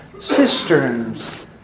cisterns